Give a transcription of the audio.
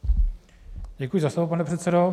Děkuji za slovo, pane předsedo.